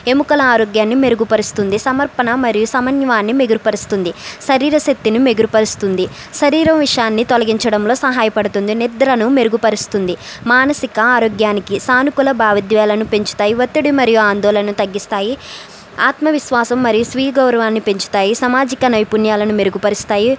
ఎముకల ఆరోగ్యాన్ని మెరుగుపరుస్తుంది సమర్పణ మరియు సమన్వయాన్ని మెరుగుపరుస్తుంది శరీర శక్తిని మెరుగుపరుస్తుంది శరీర విషాన్ని తొలగించడంలో సహాయపడుతుంది నిద్రను మెరుగుపరుస్తుంది మానసిక ఆరోగ్యానికి సానుకూల వైవిధ్యాలను పెంచుతాయి ఒత్తిడి మరియు ఆందోళన తగ్గిస్తాయి ఆత్మవిశ్వాసం మరియు స్వీయ గౌరవాన్నిపెంచుతాయి సామాజిక నైపుణ్యాలను మెరుగు పరుస్తాయి